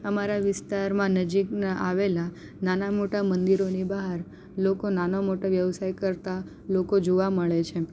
અમારા વિસ્તારમાં નજીકમાં આવેલા નાના મોટા મંદિરોની બહાર લોકો નાના મોટો વ્યવસાય કરતા લોકો જોવા મળે છે